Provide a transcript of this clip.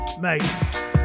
Mate